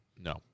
No